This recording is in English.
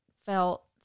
felt